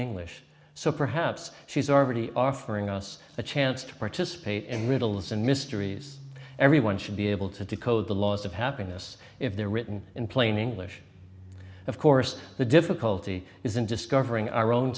english so perhaps she's already offering us a chance to participate in riddles and mysteries everyone should be able to decode the laws of happiness if they're written in plain english of course the difficulty is in discovering our own